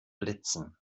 blitzen